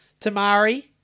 Tamari